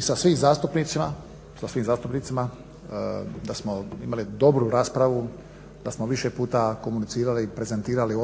sa svim zastupnicima da smo imali dobru raspravu, da smo više puta komunicirali i prezentirali …,